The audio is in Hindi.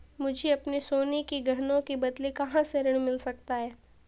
मुझे अपने सोने के गहनों के बदले कहां से ऋण मिल सकता है?